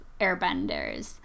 airbenders